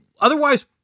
otherwise